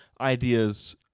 ideas